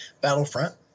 Battlefront